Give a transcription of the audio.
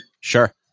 Sure